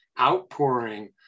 outpouring